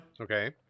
Okay